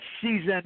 season